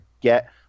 get